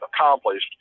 accomplished